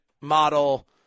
model